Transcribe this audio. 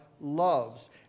loves